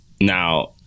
Now